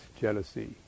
jealousy